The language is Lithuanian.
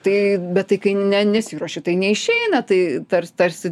tai bet tai kai ne nesiruoši tai neišeina tai tars tarsi